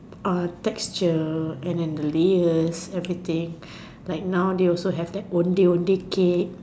orh texture and then the layers everything like now they also have that Ondeh-Ondeh cake